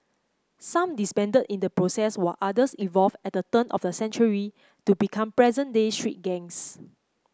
some disbanded in the process while others evolve at the turn of the century to become present day street gangs